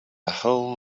whole